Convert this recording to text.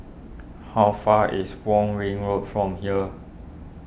how far is Wong Ring Road from here